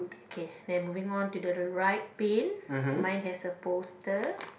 okay then moving on to the right paint mine has a poster